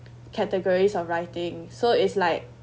categories of writing so is like